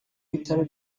bitaro